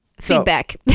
Feedback